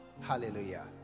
Hallelujah